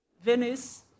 Venice